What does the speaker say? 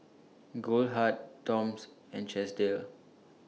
Goldheart Toms and Chesdale